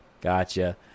gotcha